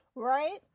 right